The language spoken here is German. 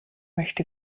möchte